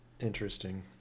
interesting